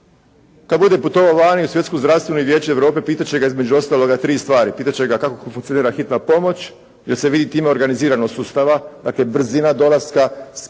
Kad bude putovao vani u Svjetsku zdravstvenu i Vijeće Europe pitat će ga između ostaloga tri stvari. Pitat će ga kako funkcionira hitna pomoć jer se vidi time organiziranost sustava. Dakle brzina dolaska,